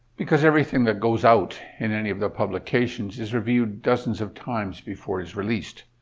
because everything that goes out in any of the publications is reviewed dozens of times before it is released.